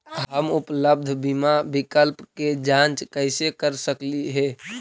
हम उपलब्ध बीमा विकल्प के जांच कैसे कर सकली हे?